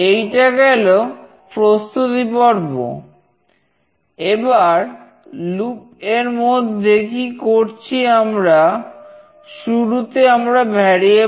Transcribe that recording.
এইটা গেল প্রস্তুতিপর্ব